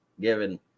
given